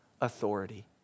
authority